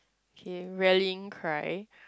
okay rallying cry